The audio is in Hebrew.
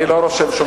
אני לא רושם שום דבר.